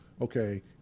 Okay